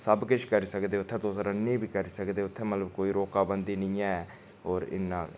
सब किश करी सकदे उत्थै तुस रानिंग बी करी सकदे उत्थैं मतलब कोई रोका बंदी नी ऐ होर इन्ना गै